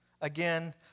Again